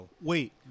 Wait